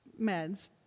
meds